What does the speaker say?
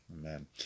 Amen